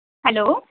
hello